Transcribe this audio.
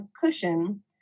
cushion